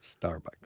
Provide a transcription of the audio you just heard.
Starbucks